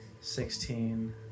sixteen